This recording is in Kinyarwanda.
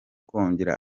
kongera